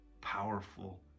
powerful